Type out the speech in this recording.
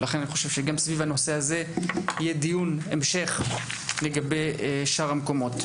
לכן אני חושב שגם בנושא הזה יהיה דיון המשך בנוגע לשאר המקומות.